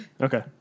Okay